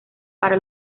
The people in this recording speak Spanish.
para